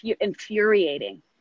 infuriating